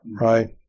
right